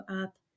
up